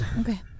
Okay